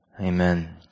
Amen